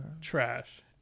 trash